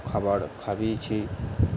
খাবার খাইয়েছি